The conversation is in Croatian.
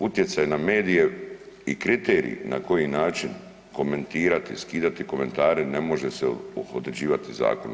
Utjecaj na medije i kriterij na koji način komentirati, skidati komentare ne može se određivati zakonom.